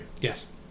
Yes